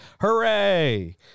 Hooray